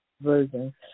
version